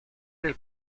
del